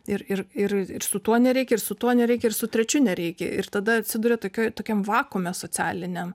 ir ir ir ir su tuo nereikia ir su tuo nereikia ir su trečiu nereikia ir tada atsiduria tokioj tokiam vakuume socialiniam